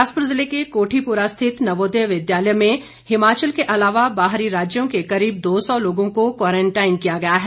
बिलासपुर जिले के कोठीपुरा स्थित नवोदय विद्यालय में हिमाचल के अलावा बाहरी राज्यों के करीब दो सौ लोगों को क्वारंटाईन किया गया है